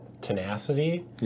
tenacity